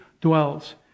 dwells